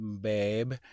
babe